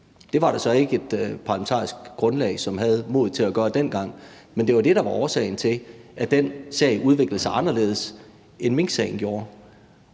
Det var der så ikke et parlamentarisk grundlag som havde modet til at gøre dengang, men det var det, der var årsagen til, at den sag udviklede sig anderledes, end minksagen gjorde.